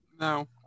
no